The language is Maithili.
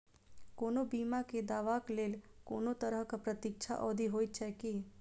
कोनो बीमा केँ दावाक लेल कोनों तरहक प्रतीक्षा अवधि होइत छैक की?